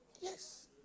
Yes